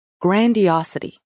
grandiosity